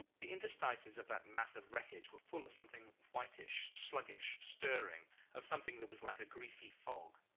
the interstices of that mass of wreckage were full of something whitish, sluggish, stirring of something that was like a greasy fog.